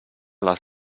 les